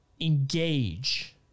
engage